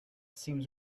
seems